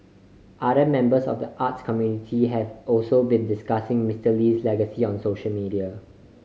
other members of the arts community have also been discussing Mister Lee's legacy on social media